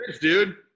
dude